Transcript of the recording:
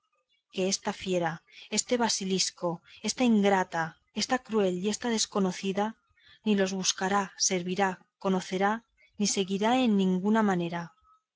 esta fiera este basilisco esta ingrata esta cruel y esta desconocida ni los buscará servirá conocerá ni seguirá en ninguna manera